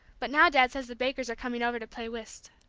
but now dad says the bakers are coming over to play whist.